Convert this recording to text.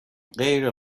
غیر